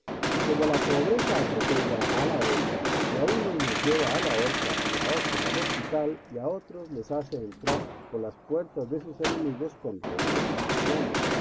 y como la pobreza atropella a la honra y a u nos lleva a la horca y a otros al hospital y a otros les hace entrar por las puertas de sus enemigos con ruegos y sumisiones